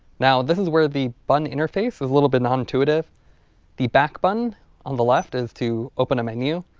now this is where the button interface is a little bit non-intuitive the back button on the left is to open a menu